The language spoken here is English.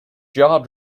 jaw